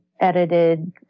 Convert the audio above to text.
edited